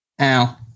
Ow